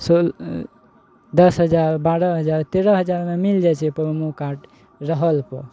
सोल अँ दस हजार बारह हजार तेरह हजारमे मिल जाइ छै प्रोमो कार्ड रहलपर